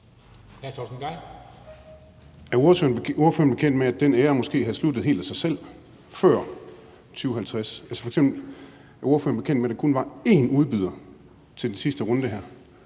Er ordføreren bekendt med, at den æra måske havde sluttet helt af sig selv før 2050? Er ordføreren f.eks. bekendt med, at der kun var én udbyder til den sidste runde